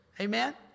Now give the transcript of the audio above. Amen